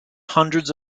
hundreds